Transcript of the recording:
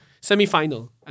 Semi-final